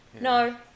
No